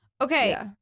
Okay